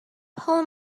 pull